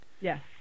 Yes